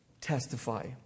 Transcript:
testify